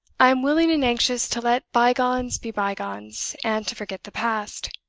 i am willing and anxious to let by-gones be by-gones, and to forget the past.